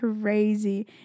crazy